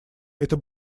это